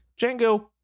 Django